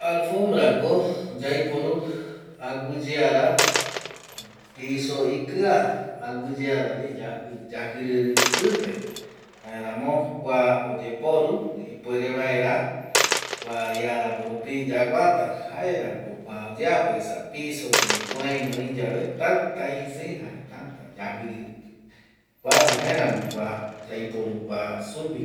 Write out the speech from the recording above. Alfombrako yaiporu aguiyeara piso ikia, aguiyearavi yajiriri pipe, jaeramo kua oyeporu, ipuere vaera kua iarambo rupi yaguata jaerako kua oyeapo esa piso ndie kuraiño oi yae täta isii jare täta yajiriri kuape jaeramo kua yaiporu kua sugui